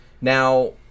Now